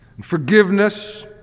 forgiveness